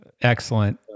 Excellent